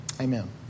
Amen